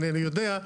אינני יודע,